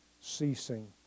ceasing